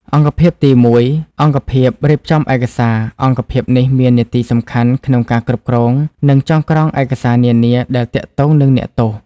អង្គភាពទី ១ អង្គភាពរៀបចំឯកសារ អង្គភាពនេះមាននាទីសំខាន់ក្នុងការគ្រប់គ្រង និងចងក្រងឯកសារនានាដែលទាក់ទងនឹងអ្នកទោស។